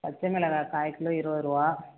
பச்சை மிளகா கால் கிலோ இருபதுரூவா